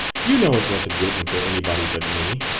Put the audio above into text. you know it wasn't written for anybody but me.